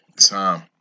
time